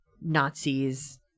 Nazis